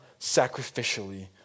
sacrificially